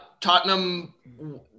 Tottenham